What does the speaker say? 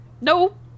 Nope